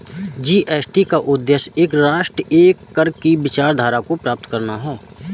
GST का उद्देश्य एक राष्ट्र, एक कर की विचारधारा को प्राप्त करना है